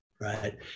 right